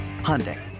Hyundai